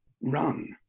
run